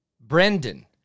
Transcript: Brendan